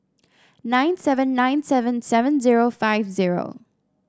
nine seven nine seven seven zero five zero